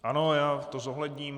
Ano, já to zohledním.